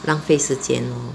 浪费时间 hor